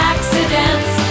Accidents